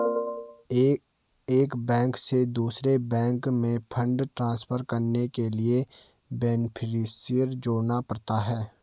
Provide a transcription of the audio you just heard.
एक बैंक से दूसरे बैंक में फण्ड ट्रांसफर करने के लिए बेनेफिसियरी जोड़ना पड़ता है